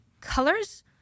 colors